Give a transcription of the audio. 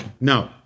No